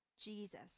Jesus